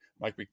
mike